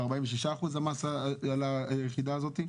ב-46% המס על היחידה הזאת?